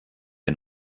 wir